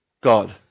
God